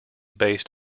based